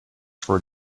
for